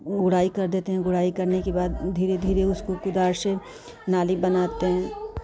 गुड़ाई कर देते हैं गुड़ाई करने के बाद धीरे धीरे उसको कुदाल से नाली बनाते हैं